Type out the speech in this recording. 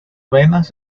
venas